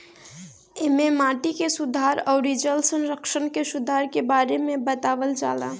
एमे माटी के सुधार अउरी जल संरक्षण के सुधार के बारे में बतावल जाला